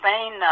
Spain